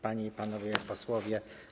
Panie i Panowie Posłowie!